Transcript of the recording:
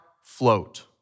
float